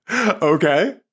Okay